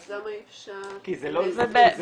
אז למה אי אפשר --- כי לא עשו את זה בכל הארץ.